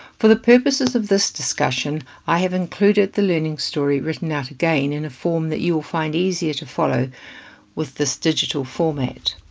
for the purposes of this discussion, i have included the learning story written out again in a form that you will find easier to follow with this digital format.